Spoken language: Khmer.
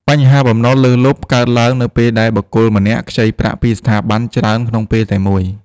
បញ្ហាបំណុលលើសលប់ កើតឡើងនៅពេលដែលបុគ្គលម្នាក់ខ្ចីប្រាក់ពីស្ថាប័នច្រើនក្នុងពេលតែមួយ។